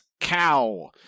Cow